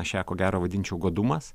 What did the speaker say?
aš ją ko gero vadinčiau godumas